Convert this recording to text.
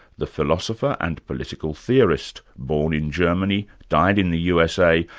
the philosopher and political theorist, born in germany, died in the usa,